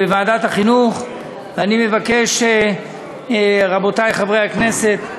אני רוצה להודות ליושב-ראש הקואליציה דוד ביטן.